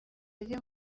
ajye